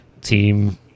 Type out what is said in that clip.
team